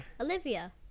Olivia